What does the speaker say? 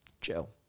Chill